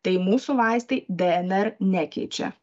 tai mūsų vaistai dnr nekeičia